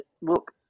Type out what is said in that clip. Look